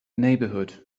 neighbourhood